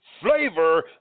flavor